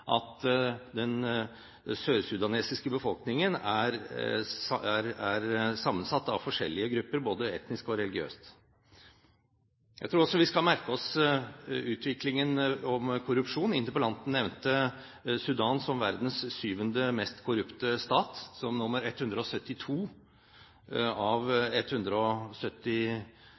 at den sørsudanske befolkningen er sammensatt av forskjellige grupper både etnisk og religiøst. Jeg tror også vi skal merke oss utviklingen når det gjelder korrupsjon. Interpellanten nevnte at Sudan er verdens syvende mest korrupte stat, og er nr. 172 av